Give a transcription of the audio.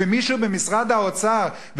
ומישהו במשרד האוצר,